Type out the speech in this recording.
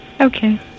Okay